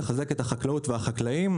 לחזק את החקלאות ואת החקלאים,